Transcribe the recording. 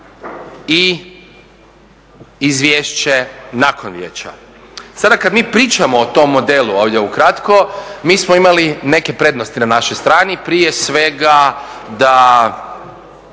i izvješće nakon vijeća,